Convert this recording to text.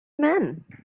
man